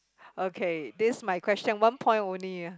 okay this my question one point only ah